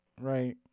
Right